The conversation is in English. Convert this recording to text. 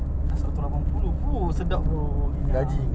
dah seratus lapan puluh !fuh! sedap bro kenyang